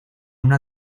una